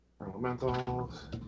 Elementals